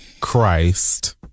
Christ